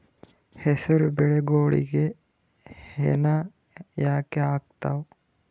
ಹೆಸರು ಬೆಳಿಗೋಳಿಗಿ ಹೆನ ಯಾಕ ಆಗ್ತಾವ?